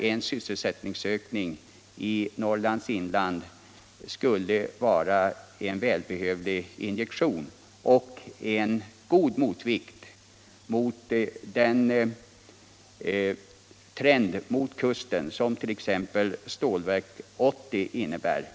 En sysselsättningsökning i Norrlands inland skulle vara en välbehövlig injektion och skulle utgöra en god motvikt till den trend till orientering mot kusten som t.ex. Stålverk 80 innebär.